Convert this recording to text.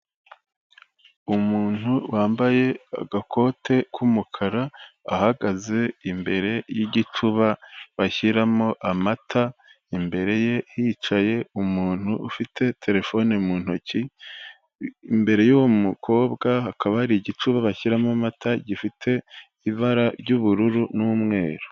Umuntu wambaye agakote k'umukara ahagaze imbere y'igicuba bashyiramo amata, imbere ye hicaye umuntu ufite telefone mu ntoki, imbere y'uwo mukobwa hakaba hari igicuba bashyiramo amata gifite ibara ry'ubururu n'umweru.